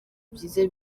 byiza